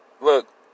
look